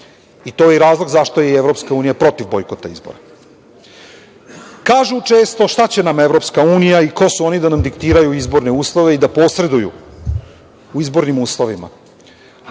To je i razlog zašto je i EU protiv bojkota izbora. Kažu često – šta će nam EU i ko su oni da nam diktiraju izborne uslove i da posreduju u izbornim uslovima?